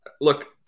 look